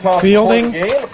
fielding